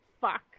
fuck